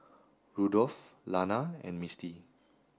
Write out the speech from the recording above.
Rudolph Lana and Misti